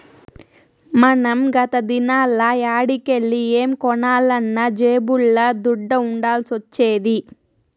మనం గత దినాల్ల యాడికెల్లి ఏం కొనాలన్నా జేబుల్ల దుడ్డ ఉండాల్సొచ్చేది